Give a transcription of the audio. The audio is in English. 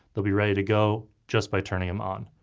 they'll be ready to go just by turning them on.